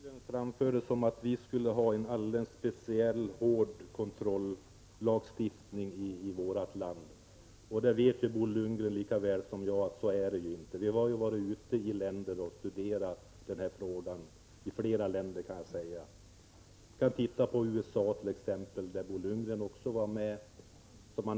Herr talman! Bo Lundgren gjorde gällande att vi skulle ha en alldeles speciellt hård kontrollagstiftning i vårt land, men han vet lika väl som jag att det inte är så. Vi har ju varit ute och studerat den här frågan i flera länder; vi kant.ex. titta på USA, där Bo Lundgren också var med.